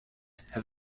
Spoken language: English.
have